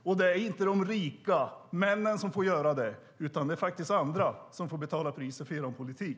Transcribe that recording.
Och det är inte de rika, männen, som får göra det, utan det är andra som får betala priset för er politik.